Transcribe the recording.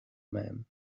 man